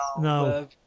No